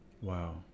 Wow